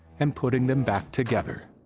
and putting them back together,